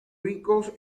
ricos